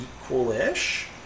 equal-ish